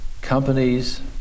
companies